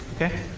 Okay